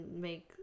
make